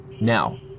Now